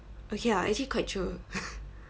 okay ah actually quite true